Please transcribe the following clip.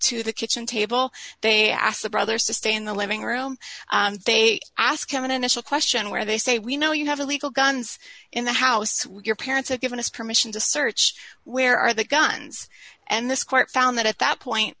to the kitchen table they ask the brothers to stay in the living room they ask him an initial question where they say we know you have illegal guns in the house with your parents have given us permission to search where are the guns and this court found that at that point